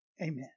Amen